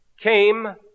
came